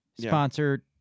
sponsored